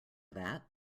that